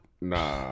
Nah